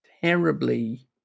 terribly